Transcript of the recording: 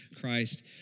Christ